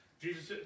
Jesus